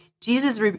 Jesus